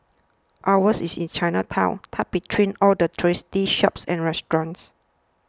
ours is in Chinatown tucked between all the touristy shops and restaurants